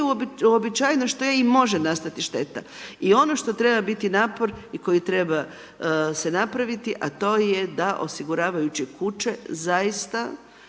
uobičajeno što i može nastati šteta i ono što treba biti napor i koji treba se napraviti, a to je da osiguravajuće kuće zaista